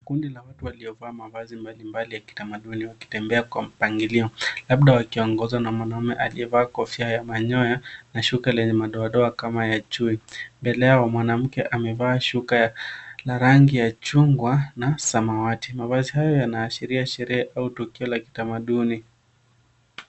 Kundi la watu waliovaa mavazi mbalimbali ya kitamaduni wakitembea kwa mpangilio, labda wakiongozwa na mwanamume aliyevaa kofia ya manyoya na shuka lenye madoadoa kama ya chui. Mbele yao mwanamke amevaa shuka la rangi ya chungwa na samawati. Mavazi hayo yanaashiria sherehe au tukio la kitamaduni.